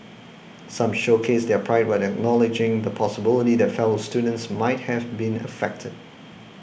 some showcased their pride while acknowledging the possibility that fellow students might have been affected